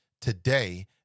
today